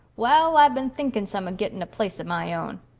wall, i've been thinking some of gitting a place of my own.